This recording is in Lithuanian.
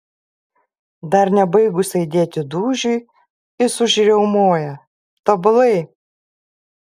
dar nebaigus aidėti dūžiui jis užriaumoja tobulai